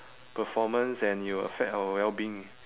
performance and it will affect our wellbeing